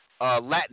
Latin